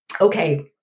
okay